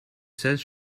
says